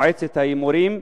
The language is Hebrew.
במועצת ההימורים,